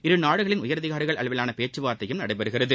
இரு நாடுகளின் உயரதிகாரிகள் அளவிலான பேச்சுவார்த்தையும் நடைபெறுகிறது